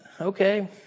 Okay